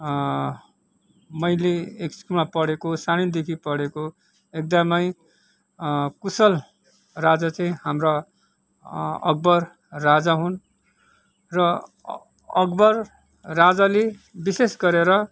मैले स्कुलमा पढेको सानैदेखि पढेको एकदमै कुशल राजा चाहिँ हाम्रा अकबर राजा हुन् र अकबर राजाले विशेष गरेर